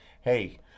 hey